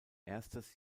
erstes